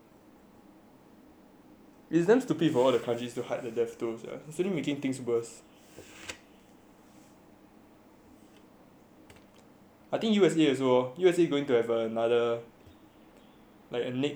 it's damn stupid for all the countries to hide the death toll sia it only making things worse I think U_S_A also U_S_A going to have another like a next wave of corona virus